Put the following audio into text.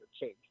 change